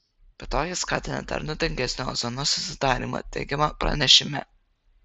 be to jis skatina dar nuodingesnio ozono susidarymą teigiama pranešime